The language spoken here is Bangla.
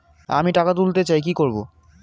আমি টাকা তুলতে চাই কি করব?